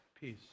peace